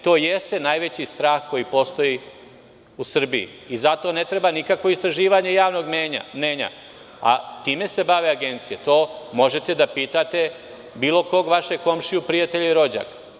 To jeste najveći strah koji postoji u Srbiji. za to ne treba nikakvo istraživanje javnog mnenja, a time se bave agencije, to možete da pitate bilo kog vašeg komšiju, prijatelja i rođaka.